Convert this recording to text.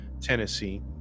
Tennessee